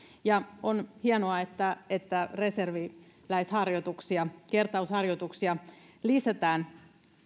ja on hienoa että että reserviläisharjoituksia kertausharjoituksia lisätään